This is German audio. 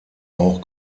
auch